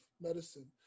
medicine